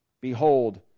Behold